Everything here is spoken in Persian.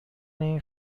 این